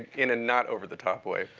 in a not over-the-top way.